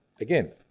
again